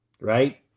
right